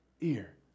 ear